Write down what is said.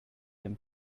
him